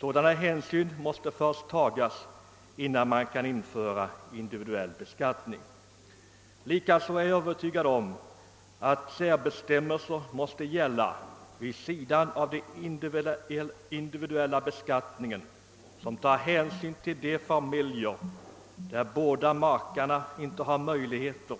Sådana hänsyn måste först tagas innan individuell beskattning kan införas. Likaså är jag övertygad om att särbestämmelser måste gälla vid sidan av den individuella beskattningen, vilka tar sikte på de familjer där båda makarna saknar möjligheter